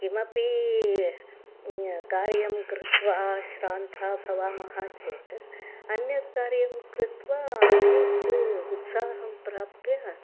किमपि कार्यं कृत्वा श्रान्ता भवामः चेत् अन्यत् कार्यं कृत्वा अन्यत् उत्साहं प्राप्य